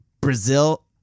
Brazil